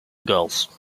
girls